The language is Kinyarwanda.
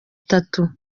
itatu